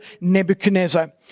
Nebuchadnezzar